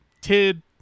Tid